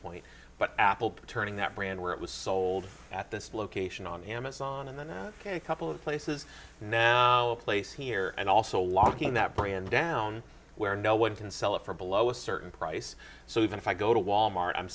point but apple turning that brand where it was sold at this location on amazon and then a couple of places now place here and also locking that brand down where no one can sell it for below a certain price so even if i go to wal mart i'm